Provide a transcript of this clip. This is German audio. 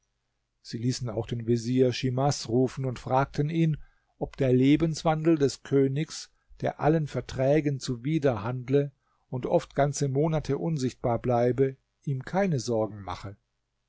sie ließen auch den vezier schimas rufen und fragten ihn ob der lebenswandel des königs der allen verträgen zuwider handle und oft ganze monate unsichtbar bleibe ihm keine sorgen mache